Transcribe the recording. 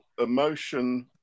emotion